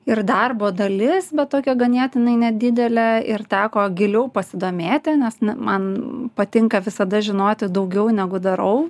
ir darbo dalis bet tokia ganėtinai nedidelė ir teko giliau pasidomėti nes man patinka visada žinoti daugiau negu darau